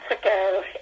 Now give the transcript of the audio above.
ago